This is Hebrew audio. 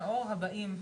תודה.